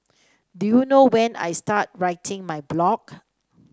do you know when I started writing my blog